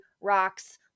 rocks